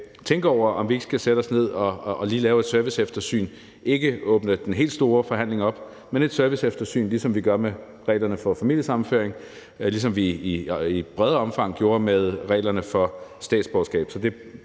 tænke over, om vi ikke skal sætte os ned og lige lave et serviceeftersyn, ikke åbne den helt store forhandling op, men lave et serviceeftersyn, ligesom vi gør med reglerne for familiesammenføring, og ligesom vi i et bredere omfang gjorde med reglerne for statsborgerskab.